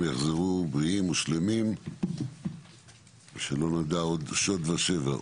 יחזרו בריאים ושלמים ושלא נדע עוד שוד ושבר.